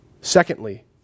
Secondly